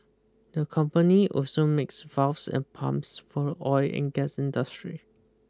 the company also makes valves and pumps for the oil and gas industry